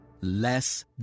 Less